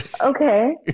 Okay